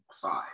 five